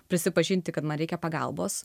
prisipažinti kad man reikia pagalbos